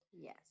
Yes